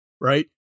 right